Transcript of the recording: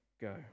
go